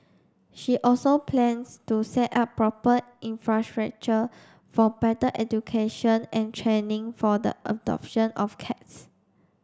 she also plans to set up proper infrastructure for better education and training for the adoption of cats